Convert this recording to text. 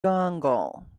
dongle